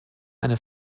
eine